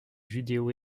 judéo